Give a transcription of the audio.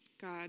God